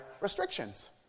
restrictions